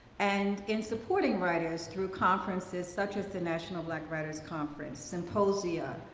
and in supporting writers through conferences, such as the national black writers conference, symposium,